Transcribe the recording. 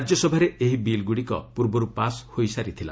ରାଜ୍ୟସଭାରେ ଏହି ବିଲ୍ଗୁଡ଼ିକ ପୂର୍ବରୁ ପାସ୍ ହୋଇସାରିଥିଲା